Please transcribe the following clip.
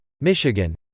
Michigan